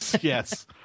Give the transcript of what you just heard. yes